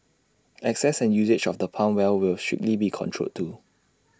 access and usage of the pump well will strictly be controlled too